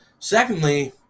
secondly